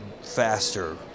faster